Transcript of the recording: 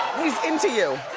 he's into you.